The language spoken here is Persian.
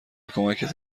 کمکت